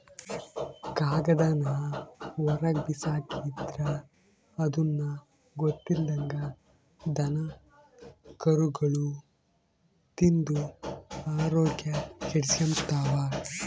ಕಾಗದಾನ ಹೊರುಗ್ಬಿಸಾಕಿದ್ರ ಅದುನ್ನ ಗೊತ್ತಿಲ್ದಂಗ ದನಕರುಗುಳು ತಿಂದು ಆರೋಗ್ಯ ಕೆಡಿಸೆಂಬ್ತವ